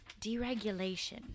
deregulation